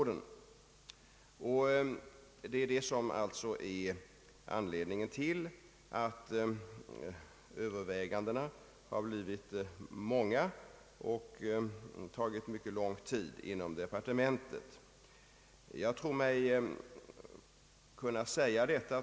Detta är alltså anledningen till att övervägandena inom departementet har blivit många och tagit mycket lång tid.